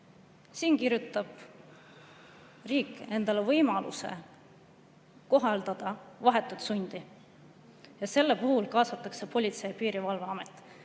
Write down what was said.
Siin kirjutab riik endale võimaluse kohaldada vahetut sundi, mille puhul kaasatakse Politsei‑ ja Piirivalveamet.